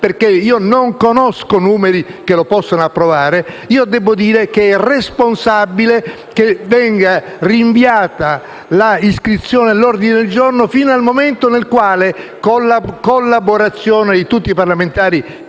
perché io non conosco numeri che lo possano approvare, è responsabile che ne venga rinviata l'iscrizione all'ordine del giorno fino al momento in cui, con la collaborazione di tutti parlamentari